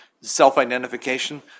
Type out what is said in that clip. self-identification